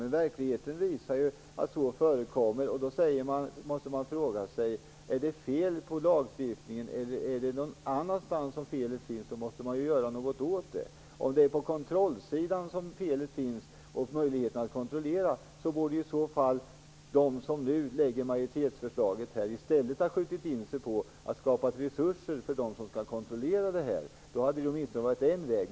Men verkligheten visar att det förekommer. Då måste man fråga sig om det är fel på lagstiftningen eller om felet finns någon annanstans. I så fall måste man göra något åt det. Finns felet i möjligheterna att kontrollera borde de som nu lägger fram majoritetsförslaget i stället ha skjutit in sig på att skapa resurser för dem som skall kontrollera att reglerna efterlevs. Det hade åtminstone varit en väg.